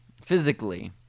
physically